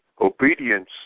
obedience